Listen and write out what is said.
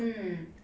mm